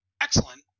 Excellent